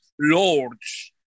lords